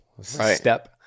step